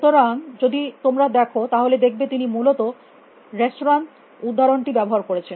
সুতরাং যদি তোমরা দেখো তাহলে দেখবে তিনি মূলত রেঁস্তরা র উদাহরণটি ব্যবহার করেছেন